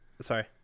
sorry